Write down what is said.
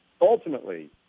ultimately